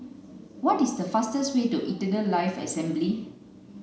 what is the fastest way to Eternal Life Assembly